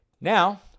now